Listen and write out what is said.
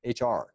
HR